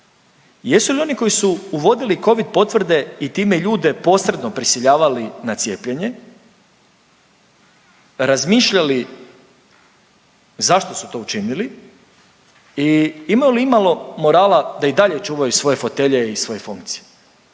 Jesu li oni koji su uvodili Covid potvrde i time ljude posredno prisiljavali na cijepljenje razmišljali zašto su to učinili i ima li imalo morala da i dalje čuvaju svoje fotelje i svoje funkcije?